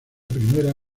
primera